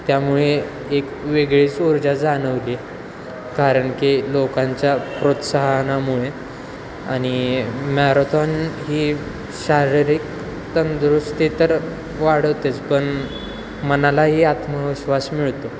त्यामुळे एक वेगळीच ऊर्जा जाणवली कारण की लोकांच्या प्रोत्साहनामुळे आणि मॅरथॉन ही शारीरिक तंदुरुस्ती तर वाढवतेच पण मनालाही आत्मविश्वास मिळतो